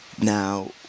Now